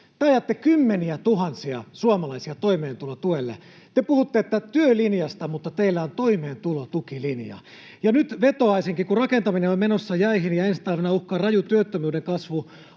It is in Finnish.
Te ajatte kymmeniätuhansia suomalaisia toimeentulotuelle. Te puhutte työlinjasta, mutta teillä on toimeentulotukilinja. Ja nyt vetoaisinkin — kun rakentaminen on menossa jäihin ja ensi talvena uhkaa raju työttömyyden kasvu